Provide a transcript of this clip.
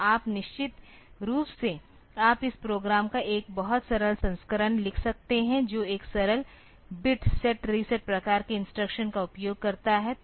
तो आप निश्चित रूप से आप इस प्रोग्राम का एक बहुत सरल संस्करण लिख सकते हैं जो एक सरल बिट सेट रीसेट प्रकार के इंस्ट्रक्शन का उपयोग करता है